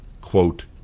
quote